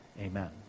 Amen